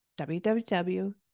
www